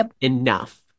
enough